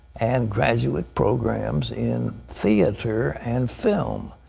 and graduate programs in theater and film.